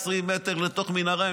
20 מטרים לתוך מנהרה,